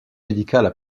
médicales